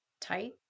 tight